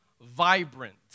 vibrant